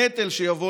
הנטל שיבוא